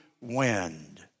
wind